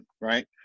right